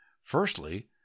firstly